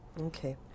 Okay